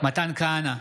מתן כהנא,